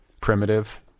primitive